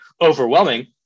overwhelming